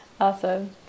Awesome